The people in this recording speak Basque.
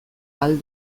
ahal